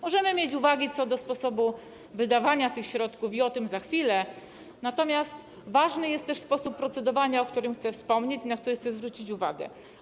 Możemy mieć uwagi co do sposobu wydawania tych środków, o tym za chwilę, natomiast ważny jest też sposób procedowania, o którym chcę wspomnieć i na który chcę zwrócić uwagę.